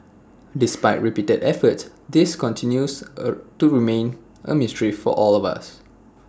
despite repeated efforts this continues to remain A mystery to us all